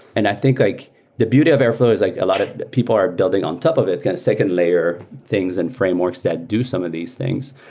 and i think like the beauty of airflow is like a lot of people are building on top of it, kind of second layer things and frameworks that do some of these things.